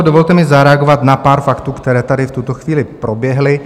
Dovolte mi zareagovat na pár faktů, které tady v tuto chvíli proběhly.